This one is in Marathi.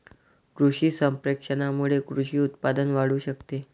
कृषी संप्रेषणामुळे कृषी उत्पादन वाढू शकते